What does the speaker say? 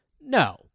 No